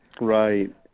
right